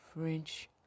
French